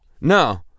No